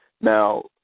Now